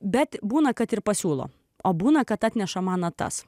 bet būna kad ir pasiūlo o būna kad atneša man natas